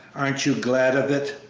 aren't you glad of it?